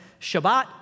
Shabbat